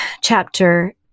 chapter